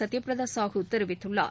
சத்தியபிரதசாஹு தெரிவித்துள்ளார்